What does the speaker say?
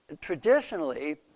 traditionally